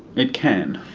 it can.